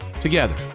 Together